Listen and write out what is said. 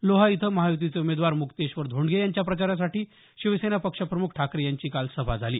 लोहा इथं महायूतीचे उमेदवार मुक्तेश्वर धोंडगे यांच्या प्रचारासाठी शिवसेना पक्ष प्रमुख ठाकरे यांची काल सभा झाली